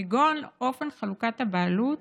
כגון אופן חלוקת הבעלות,